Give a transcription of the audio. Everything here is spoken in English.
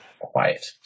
quiet